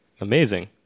amazing